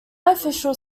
official